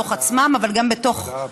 בתוך עצמם, אבל גם בתוך, תודה רבה.